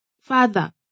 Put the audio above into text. Father